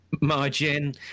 margin